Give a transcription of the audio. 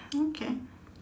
okay